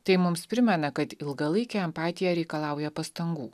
tai mums primena kad ilgalaikė empatija reikalauja pastangų